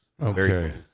Okay